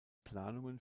planungen